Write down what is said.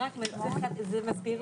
הישיבה